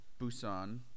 Busan